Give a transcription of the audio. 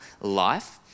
life